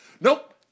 Nope